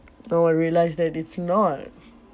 now I realised that it's not